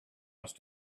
must